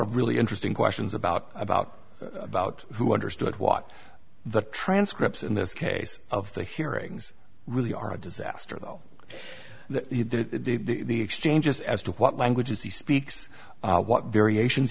of really interesting questions about about about who understood what the transcripts in this case of the hearings really are disaster that the exchanges as to what language is he speaks what variations